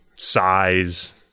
size